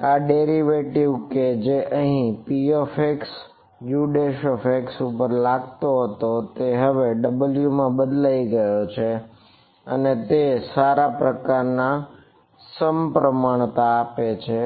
આ ડેરિવેટિવ કે જે અહીં px અને Ux ઉપર લાગતો હતો તે હવે W માં બદલાઈ ગયો છે અને તે સારા પ્રકારની સમપ્રમાણતા આપે છે